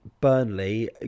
Burnley